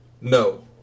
No